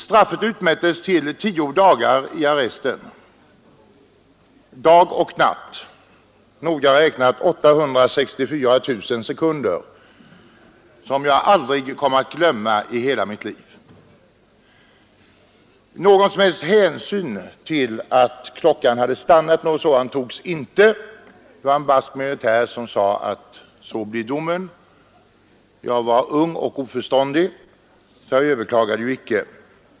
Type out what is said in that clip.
Straffet utmättes också till tio dagars arrest, dag och natt, noga räknat 864 000 sekunder — som jag aldrig kommer att glömma i hela mitt liv! Någon som helst hänsyn till att min klocka hade stannat togs inte, utan en barsk militär förklarade bara att sådan blir domen. Jag var ung och oförståndig då och överklagade inte.